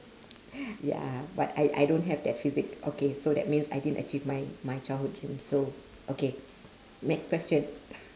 ya but I I don't have that physique okay so that means I didn't achieve my my childhood dream so okay next question